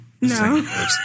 No